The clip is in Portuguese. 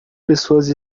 pessoas